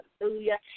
Hallelujah